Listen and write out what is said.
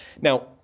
Now